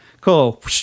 Cool